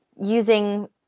using